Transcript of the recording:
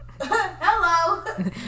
Hello